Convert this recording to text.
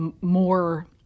more